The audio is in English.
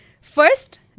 First